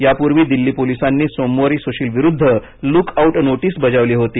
यापूर्वी दिल्ली पोलिसांनी सोमवारी सुशीलविरूद्ध लूक आऊट नोटीस बजावली होती